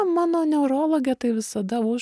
mano neurologė tai visada už